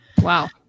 Wow